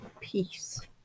peace